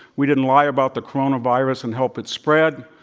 we didn't lie about the coronavirus and help it spread.